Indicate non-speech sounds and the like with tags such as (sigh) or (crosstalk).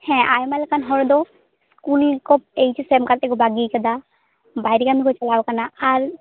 ᱦᱮᱸ ᱟᱭᱢᱟ ᱞᱮᱠᱟᱱ ᱦᱚᱲ ᱫᱚ ᱩᱱᱤ ᱠᱚ ᱮᱭᱤᱪ ᱮᱥ ᱮᱢ ᱠᱟᱛᱮ ᱠᱚ ᱵᱟᱹᱜᱤᱭ ᱟᱠᱟᱫᱟ ᱵᱟᱭᱨᱮ (unintelligible) ᱠᱚ ᱪᱟᱞᱟᱣ ᱠᱟᱱᱟ ᱟᱨ